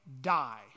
die